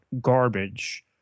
garbage